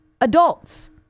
adults